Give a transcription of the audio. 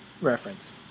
reference